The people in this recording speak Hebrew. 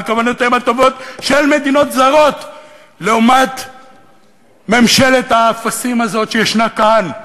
כוונותיהן הטובות של מדינות זרות לעומת ממשלת האפסים הזאת שישנה כאן,